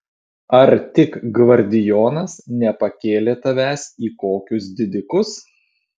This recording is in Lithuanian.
ar tik gvardijonas nepakėlė tavęs į kokius didikus